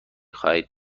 خواهید